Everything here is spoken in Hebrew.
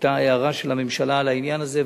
היתה הערה של הממשלה על העניין הזה,